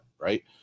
right